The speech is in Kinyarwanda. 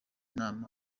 inama